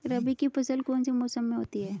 रबी की फसल कौन से मौसम में होती है?